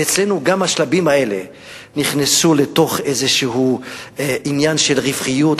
ואצלנו גם השלבים האלה נכנסו לתוך איזה עניין של רווחיות,